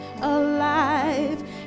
alive